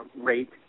rate